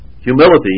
humility